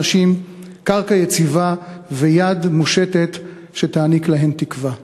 נשים קרקע יציבה ויד מושטת שתעניק להן תקווה.